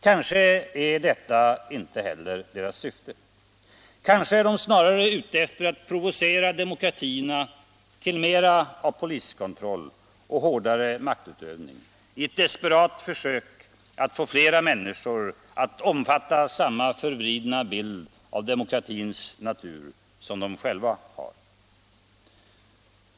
Kanske är detta inte heller deras syfte. Kanske är de snarare ute efter att provocera demokratierna till mera av poliskontroll och hårdare maktutövning i ett desperat försök att få flera människor att omfatta samma bild av demokratins natur som de själva har.